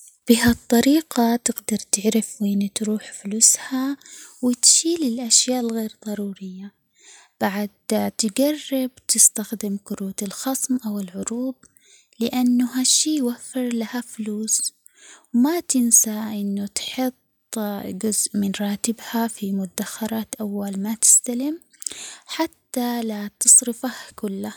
بهالطريقة تقدر تعرف وين تروح فلوسها وتشيل الأشياء الغير ضرورية، بعد تقرب تستخدم كروت الخصم أو العروض لأنه هالشي يوفر لها فلوس، ما تنسى إنو تحط جزء من راتبها في مدخرات أول ما تستلم حتى لا تصرفه كله.